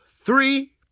three